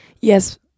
Yes